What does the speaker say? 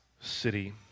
city